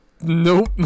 Nope